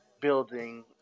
building